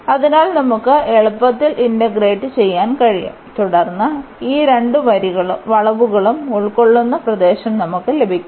അതിനാൽ നമുക്ക് എളുപ്പത്തിൽ ഇന്റഗ്രേറ്റ് ചെയ്യാൻ കഴിയും തുടർന്ന് ഈ രണ്ട് വളവുകളും ഉൾക്കൊള്ളുന്ന പ്രദേശം നമുക്ക് ലഭിക്കും